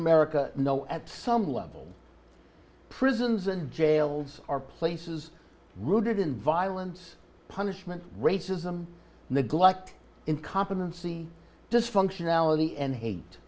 america know at some level prisons and jails are places rooted in violence punishment racism neglect incompetency dysfunctionality and hate